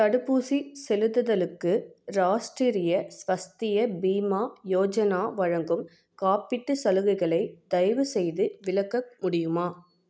தடுப்பூசி செலுத்துதலுக்கு ராஷ்டிரிய ஸ்வஸ்திய பீமா யோஜனா வழங்கும் காப்பீட்டு சலுகைகளை தயவுசெய்து விளக்க முடியுமா